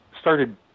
started